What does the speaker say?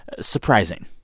surprising